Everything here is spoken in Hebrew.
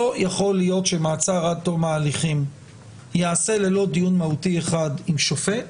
לא יכול להיות שמעצר עד תום ההליכים יעשה ללא דיון מהותי אחד עם שופט.